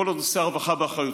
כל עוד נושא הרווחה באחריותך,